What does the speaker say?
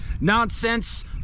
nonsense